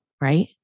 right